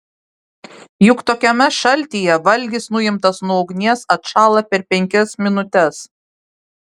juk tokiame šaltyje valgis nuimtas nuo ugnies atšąla per penkias minutes